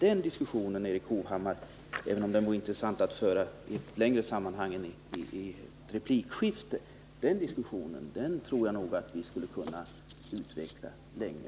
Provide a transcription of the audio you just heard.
Den diskussionen, Erik Hovhammar, tror jag nog att vi skulle kunna utveckla, men då i annat sammanhang än i samband med ett replikskifte.